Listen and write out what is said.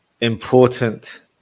important